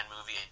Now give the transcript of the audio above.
movie